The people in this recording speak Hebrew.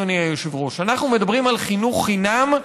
אדוני היושב-ראש: אנחנו מדברים על חינוך חינם,